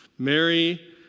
Mary